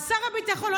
שר הביטחון,